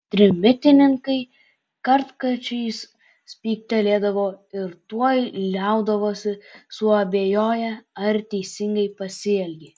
trimitininkai kartkarčiais spygtelėdavo ir tuoj liaudavosi suabejoję ar teisingai pasielgė